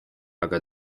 aga